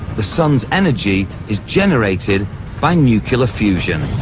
the sun's energy is generated by nuclear fusion.